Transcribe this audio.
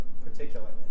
particularly